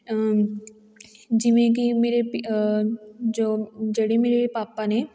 ਜਿਵੇਂ ਕਿ ਮੇਰੇ ਜੋ ਜਿਹੜੇ ਮੇਰੇ ਪਾਪਾ ਨੇ